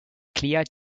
clear